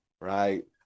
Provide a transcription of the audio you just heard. right